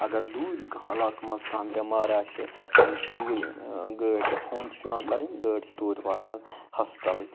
اگر دوٗرِ کانٛہہ علاقہٕ منٛز کانٛہہ بٮ۪مار اَسہِ تٔمِس چھِ توٗرۍ گٲڑۍ فون چھِ پیٚوان کَرٕنۍ گٲڑ چھِ توٗرۍ واتان ہسپتالٕچ